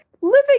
Living